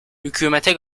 hükümete